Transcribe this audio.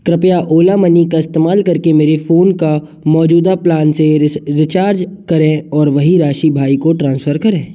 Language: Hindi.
कृपया ओला मनी का इस्तेमाल करके मेरे फ़ोन का मौजूदा प्लान से रिस रिचार्ज करें और वही राशि भाई को ट्रांसफर करें